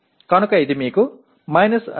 కనుక ఇది మీకు 2